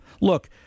Look